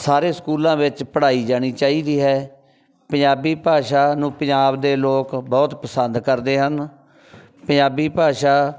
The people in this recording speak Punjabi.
ਸਾਰੇ ਸਕੂਲਾਂ ਵਿੱਚ ਪੜ੍ਹਾਈ ਜਾਣੀ ਚਾਹੀਦੀ ਹੈ ਪੰਜਾਬੀ ਭਾਸ਼ਾ ਨੂੰ ਪੰਜਾਬ ਦੇ ਲੋਕ ਬਹੁਤ ਪਸੰਦ ਕਰਦੇ ਹਨ ਪੰਜਾਬੀ ਭਾਸ਼ਾ